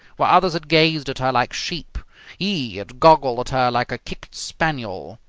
where others had gazed at her like sheep he had goggled at her like a kicked spaniel.